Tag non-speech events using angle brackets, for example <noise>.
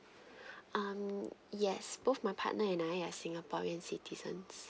<breath> um yes both my partner and I are singaporean citizens